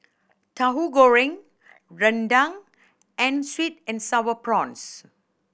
Tauhu Goreng rendang and sweet and Sour Prawns